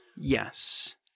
Yes